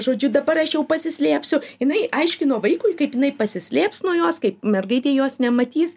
žodžiu dabar aš jau pasislėpsiu jinai aiškino vaikui kaip jinai pasislėps nuo jos kaip mergaitė jos nematys